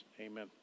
Amen